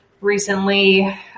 recently